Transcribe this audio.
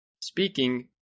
Speaking